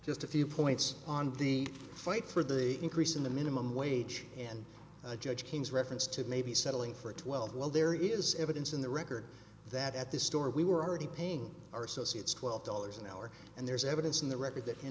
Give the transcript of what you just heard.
just a few points on the fight for the increase in the minimum wage and judge king's reference to maybe settling for twelve well there is evidence in the record that at this store we were already paying our associates twelve dollars an hour and there is evidence in the re